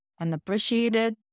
unappreciated